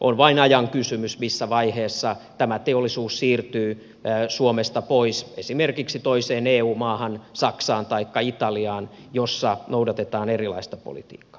on vain ajan kysymys missä vaiheessa tämä teollisuus siirtyy suomesta pois esimerkiksi toiseen eu maahan saksaan taikka italiaan jossa noudatetaan erilaista politiikkaa